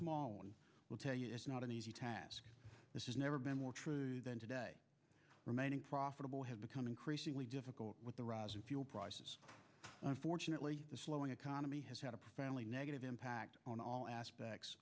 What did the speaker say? small one will tell you it's not an easy task this is never been more true than today remaining profitable has become increasingly difficult with the rising fuel prices unfortunately the slowing economy has had a fairly negative impact on all aspects